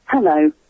Hello